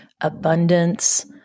abundance